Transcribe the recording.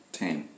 ten